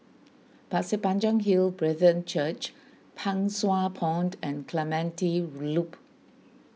Pasir Panjang Hill Brethren Church Pang Sua Pond and Clementi Loop